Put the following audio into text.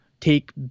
take